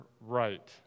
right